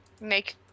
Make